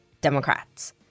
Democrats